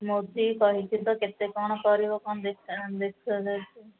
ମୋଦୀ କହିଛି ତ କେତେ କ'ଣ କରିବ କ'ଣ ଦେଖିବା ଦେଖିବା ଯାଇକି